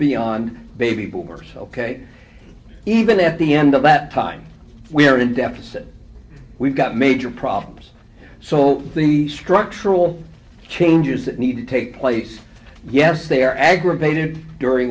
beyond baby boomers ok even at the end of that time we are in deficit we've got major problems so the structural changes that need to take place yes they're aggravated during